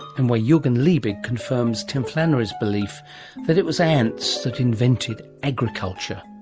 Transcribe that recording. and where yeah jurgen liebig confirms tim flannery's belief that it was ants that invented agriculture,